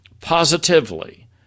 positively